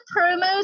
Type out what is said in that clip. promos